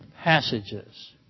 passages